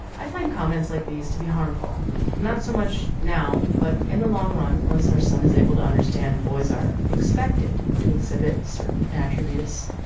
i find comments like these to be harmful not so much now but in the long run. once our son is able to understand boys are expected to exhibit certain attributes.